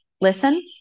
listen